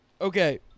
Okay